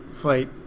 fight